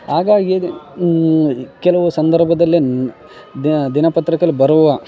ಹಾಗಾಗಿಯೇ ಈ ಕೆಲವು ಸಂದರ್ಭದಲ್ಲೇನು ದಿನಪತ್ರಿಯಲ್ಲಿ ಬರುವ